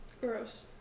gross